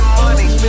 money